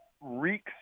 reeks